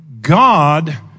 God